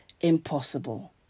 impossible